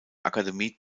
akademie